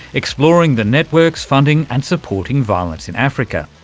exploring the networks funding and supporting violence in africa.